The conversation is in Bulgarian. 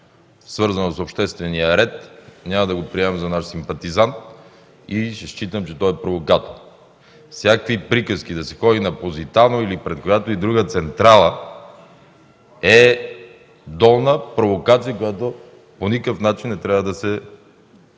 свързано с обществения ред, няма да го приемаме за наш симпатизант и ще считам, че той е провокатор! Всякакви приказки – да се ходи на „Позитано” или пред която и да е друга централа, е долна провокация, която по никакъв начин не трябва да се